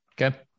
Okay